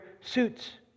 suits